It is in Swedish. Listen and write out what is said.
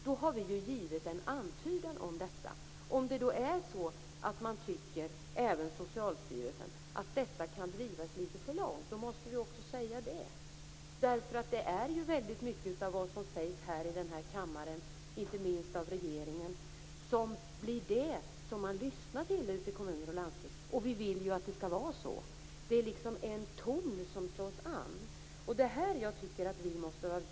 Vi har alltså givit en antydan om detta. Om sedan även Socialstyrelsen anser att detta kan drivas litet för långt måste vi också säga det. Det är i hög grad det som sägs i den här kammaren, inte minst det som sägs av regeringen, som man lyssnar till ute i kommuner och landsting, och vi vill ju också att det skall vara så. Det är en ton som slås an.